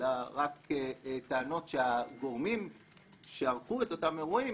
אלא רק טענות שהגורמים שערכו את אותם אירועים,